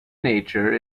nature